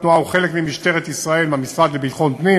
אגף התנועה הוא חלק ממשטרת ישראל ומהמשרד לביטחון פנים,